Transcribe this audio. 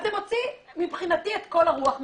אז זה מוציא מבחינתי את כל הרוח מהמפרשים.